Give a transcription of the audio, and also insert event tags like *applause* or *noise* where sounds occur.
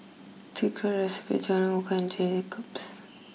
Secret Recipe Jalan Walker and *unintelligible*